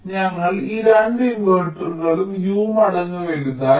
അതിനാൽ ഞങ്ങൾ ഈ രണ്ട് ഇൻവെർട്ടറുകളും U മടങ്ങ് വലുതായി